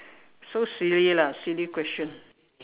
so silly lah silly question